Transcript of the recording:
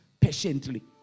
patiently